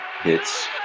hits